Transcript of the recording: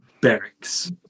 barracks